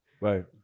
Right